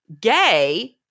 gay